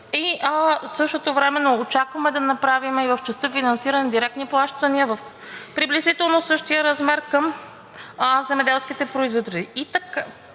в същото време очакваме да направим и в частта „Финансиране“ директни плащания в приблизително същия размер към земеделските производители.